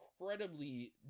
incredibly